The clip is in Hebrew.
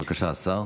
בבקשה, השר.